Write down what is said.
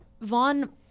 Vaughn